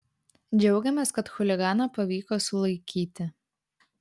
džiaugiamės kad chuliganą pavyko sulaikyti